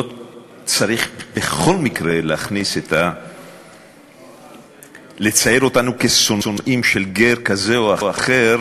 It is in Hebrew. לא צריך בכל מקרה לצייר אותנו כשונאים של גר כזה או אחר,